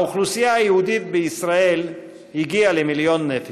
האוכלוסייה היהודית בישראל הגיעה למיליון נפש.